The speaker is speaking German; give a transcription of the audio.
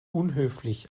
unhöflich